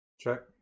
check